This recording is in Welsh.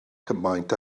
cymaint